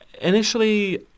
initially